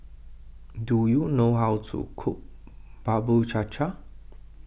do you know how to cook Bubur Cha Cha